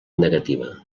negativa